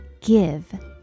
give